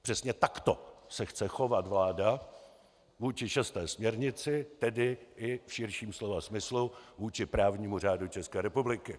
Přesně takto se chce chovat vláda vůči 6. směrnici, tedy i v širším slova smyslu vůči právnímu řádu České republiky.